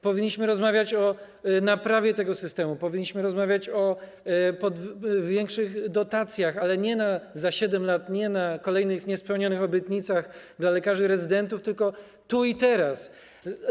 Powinniśmy rozmawiać o naprawie tego systemu, powinniśmy rozmawiać o większych dotacjach, ale nie za 7 lat, nie o kolejnych niespełnionych obietnicach dla lekarzy rezydentów, tylko tu i teraz.